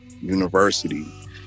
University